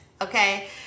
okay